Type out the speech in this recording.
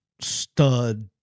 stud